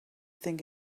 think